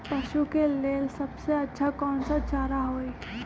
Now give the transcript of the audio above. पशु के लेल सबसे अच्छा कौन सा चारा होई?